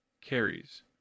carries